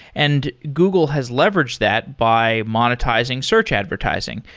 and google has leveraged that by monetizing search advertising.